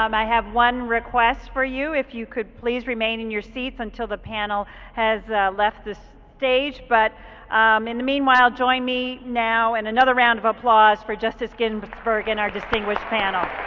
um i have one request for you. if you could please remain in your seats until the panel has left the stage, but um in the meanwhile join me now in another round of applause for justice ginsburg and our distinguished panel.